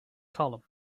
column